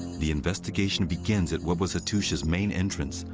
the investigation begins at what was hattusha's main entrance,